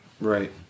Right